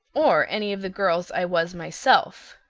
or any of the girls i was myself.